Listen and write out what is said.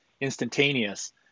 instantaneous